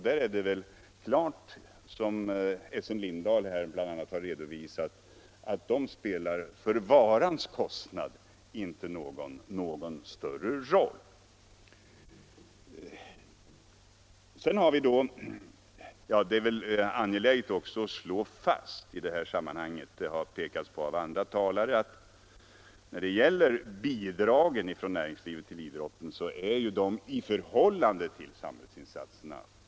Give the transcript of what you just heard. Som bl.a. Essen Lindahl redovisat är det väl klart att de inte spelar någon större roll för varans pris. Det är väl också angeläget att slå fast i detta sammanhang att, som flera talare påpekat, bidragen från näringslivet till idrotten är oerhört blygsamma i förhållande till samhällsinsatserna.